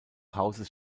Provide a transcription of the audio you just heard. hauses